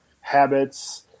habits